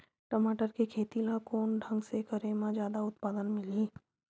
टमाटर के खेती ला कोन ढंग से करे म जादा उत्पादन मिलही?